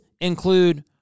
include